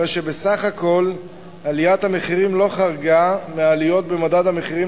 הרי שבסך הכול עליית המחירים לא חרגה מהעליות במדד המחירים